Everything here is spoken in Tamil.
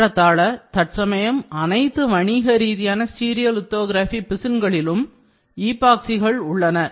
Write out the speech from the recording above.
ஏறத்தாள தற்சமயம் அனைத்து வணிகரீதியான ஸ்டீரியோலிதோகிராபி பிசின்களிலும் ஈபோக்சிகள் உள்ளன